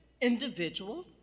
individual